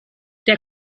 der